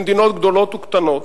במדינות גדולות וקטנות,